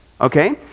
Okay